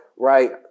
Right